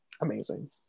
amazing